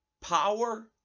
power